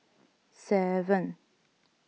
seven